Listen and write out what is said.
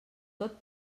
tot